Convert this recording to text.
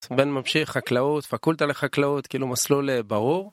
בן ממשיך חקלאות, פקולטה לחקלאות, כאילו מסלול ברור.